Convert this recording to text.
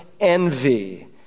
Envy